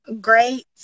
great